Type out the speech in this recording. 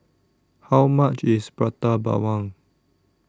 How much IS Prata Bawang